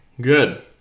good